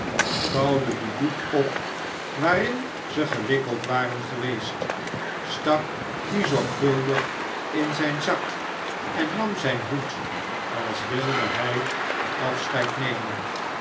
vouwde den doek op waarin ze gewikkeld waren geweest stak dien zorgvuldig in zijn zak en nam zijn hoed als wilde hij afscheid nemen